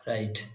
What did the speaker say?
Right